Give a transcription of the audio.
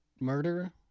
murder